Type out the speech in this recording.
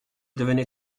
devenait